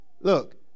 look